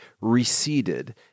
receded